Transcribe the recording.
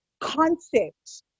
concepts